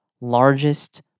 largest